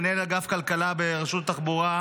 מנהלת אגף הכלכלה ברשות אגף התחבורה,